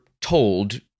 told